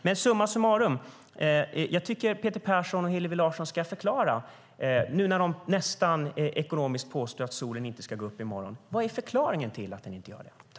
Men summa summarum tycker jag att Peter Persson och Hillevi Larsson nu när de ekonomiskt nästan påstår att solen inte ska gå upp i morgon ska förklara varför den inte gör det.